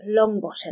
Longbottom